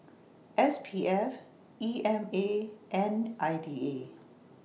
S P F E M A and I D A